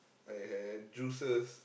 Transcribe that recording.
I had juices